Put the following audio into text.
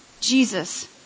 Jesus